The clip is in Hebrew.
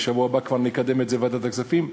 ובשבוע הבא כבר נקדם את זה בוועדת הכספים,